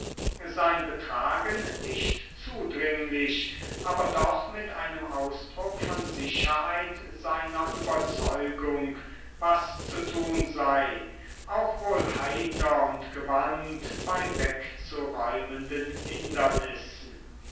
sein betragen nicht zudringlich aber doch mit einem ausdruck von sicherheit seiner überzeugung was zu tun sei auch wohl heiter und gewandt bei wegzuräumenden hindernissen